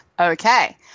Okay